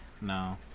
No